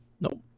Nope